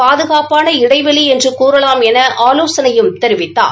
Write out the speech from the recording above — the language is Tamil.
பாதுகாப்பான இடைவெளி என்று கூறலாம் என ஆலோசனையும் தெரிவித்தார்